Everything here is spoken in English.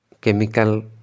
chemical